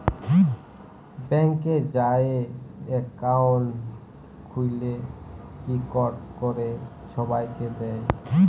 ব্যাংকে যাঁয়ে একাউল্ট খ্যুইলে ইকট ক্যরে ছবাইকে দেয়